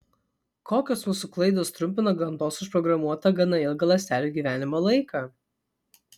kokios mūsų klaidos trumpina gamtos užprogramuotą gana ilgą ląstelių gyvenimo laiką